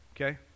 okay